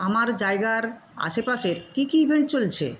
আমার জায়গার আশেপাশের কী কী ইভেন্ট চলছে